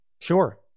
Sure